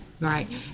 Right